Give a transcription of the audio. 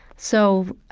so,